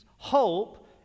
Hope